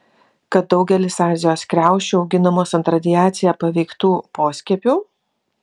kad daugelis azijos kriaušių auginamos ant radiacija paveiktų poskiepių